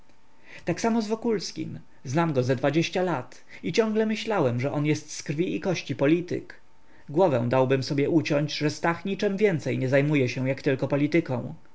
tak samo z wokulskim znam go ze dwadzieścia lat i ciągle myślałem że on jest z krwi i kości polityk głowę dałbym sobie uciąć że stach niczem więcej nie zajmuje się tylko polityką